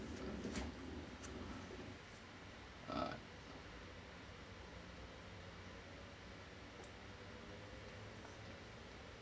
err